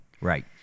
Right